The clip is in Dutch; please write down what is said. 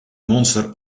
monster